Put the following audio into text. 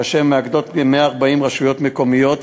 אשר מאגדות כ-140 רשויות מקומיות,